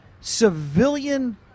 civilian